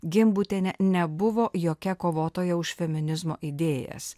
gimbutienė nebuvo jokia kovotoja už feminizmo idėjas